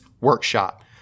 Workshop